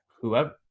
whoever